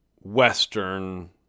Western